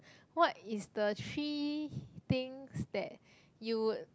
what is the three things that you would